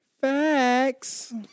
Facts